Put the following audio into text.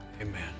amen